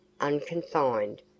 unconfined